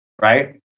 Right